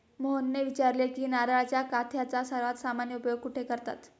मोहनने विचारले की नारळाच्या काथ्याचा सर्वात सामान्य उपयोग कुठे करतात?